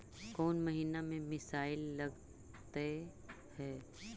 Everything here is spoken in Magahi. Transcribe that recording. कौन महीना में मिसाइल लगते हैं?